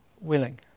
willing